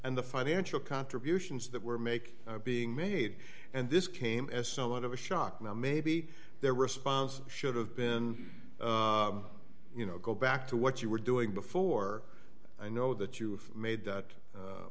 and the financial contributions that were make being made and this came as somewhat of a shock now maybe their response should have been you know go back to what you were doing before i know that you made that